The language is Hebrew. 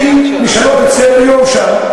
ומשנות את סדר-היום שם.